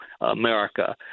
America